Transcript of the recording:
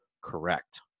correct